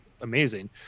amazing